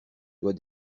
doit